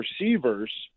receivers